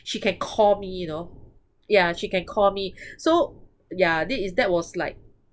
she can call me you know yeah she can call me so yeah this is that was like